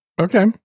Okay